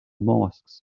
mollusks